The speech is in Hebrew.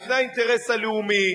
לפני האינטרס הלאומי,